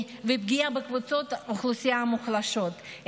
ופגיעה בקבוצות אוכלוסייה מוחלשות,